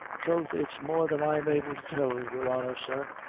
throth it's more than i'm able to tell your honor, sir.